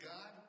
God